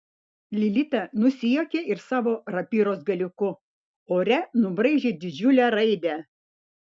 lilita nusijuokė ir savo rapyros galiuku ore nubraižė didžiulę raidę